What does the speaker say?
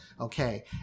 Okay